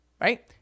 Right